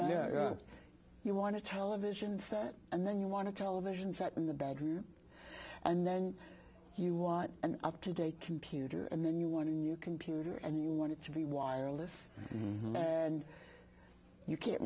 yeah you want to television set and then you want to television set in the bedroom and then you want an up to date computer and then you want a new computer and you want it to be wireless and you